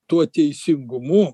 tuo teisingumu